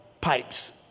pipes